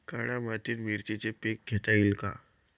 काळ्या मातीत मिरचीचे पीक घेता येईल का?